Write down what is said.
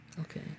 Okay